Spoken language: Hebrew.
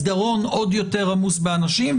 מסדרון עוד יותר עמוס באנשים,